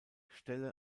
stelle